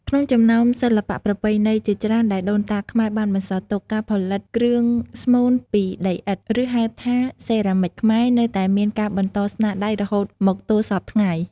ក្នុងចំណោមសិល្បៈប្រពៃណីជាច្រើនដែលដូនតាខ្មែរបានបន្សល់ទុក ការផលិតគ្រឿងស្មូនពីដីឥដ្ឋ ឬហៅថា សេរ៉ាមិចខ្មែរនៅតែមានការបន្តស្នាដៃររហូតមកទល់សព្វថ្ងៃ។